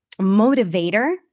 motivator